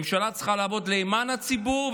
ממשלה צריכה לעבוד למען הציבור,